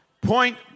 Point